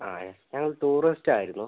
ആ ഞാൻ ഒരു ടൂറിസ്റ്റായിരുന്നു